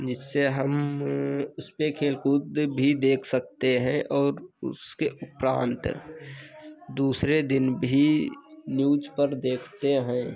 जिससे हम उसपर खेलकूद भी देख सकते हैं और उसके उपरान्त दूसरे दिन भी न्यूज़ पर देखते हैं